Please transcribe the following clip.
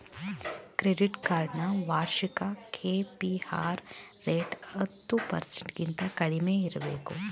credit card ನ ವಾರ್ಷಿಕ KPR rate ಹತ್ತು ಪರ್ಸೆಂಟಗಿಂತ ಕಡಿಮೆ ಇರಬೇಕು